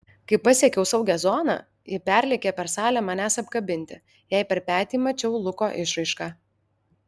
kai pasiekiau saugią zoną ji perlėkė per salę manęs apkabinti jai per petį mačiau luko išraišką